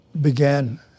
began